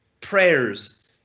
prayers